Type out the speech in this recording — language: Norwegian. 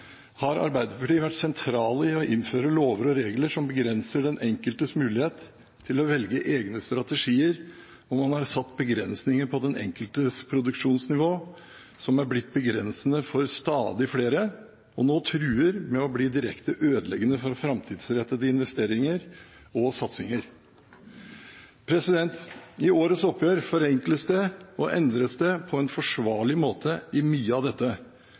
har Arbeiderpartiet vært sentrale i å innføre lover og regler som begrenser den enkeltes mulighet til å velge egne strategier, og man har satt begrensninger på den enkeltes produksjonsnivå, som er blitt begrensende for stadig flere og nå truer med å bli direkte ødeleggende for framtidsrettede investeringer og satsinger. I årets oppgjør forenkles det og endres det på en forsvarlig måte i mye av dette.